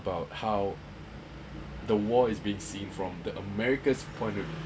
about how the war is been seen from the americas point of view